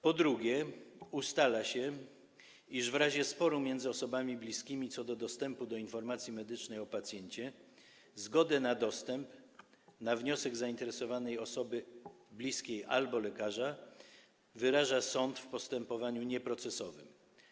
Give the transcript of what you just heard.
Po drugie, ustala się iż w razie sporu między osobami bliskimi co do dostępu do informacji medycznej o pacjencie zgodę na dostęp na wniosek zainteresowanej osoby bliskiej albo lekarza wyraża sąd w postępowaniu nieprocesowym.